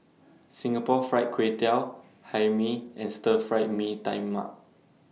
Singapore Fried Kway Tiao Hae Mee and Stir Fried Mee Tai Mak